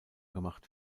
gemacht